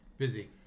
Busy